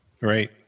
right